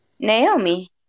Naomi